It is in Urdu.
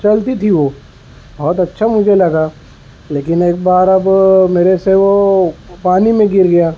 چلتی تھی وہ بہت اچھا مجھے لگا لیکن ایک بار اب میرے سے وہ پانی میں گر گیا